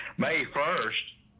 my first?